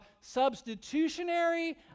substitutionary